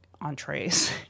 entrees